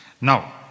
now